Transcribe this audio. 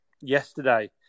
yesterday